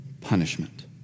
punishment